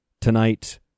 Tonight